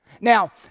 Now